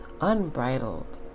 unbridled